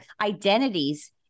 identities